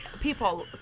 people